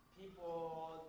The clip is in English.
people